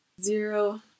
zero